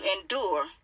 endure